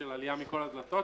חלילה.